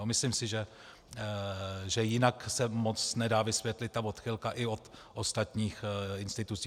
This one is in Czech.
Myslím si, že jinak se moc nedá vysvětlit ta odchylka i od ostatních institucí.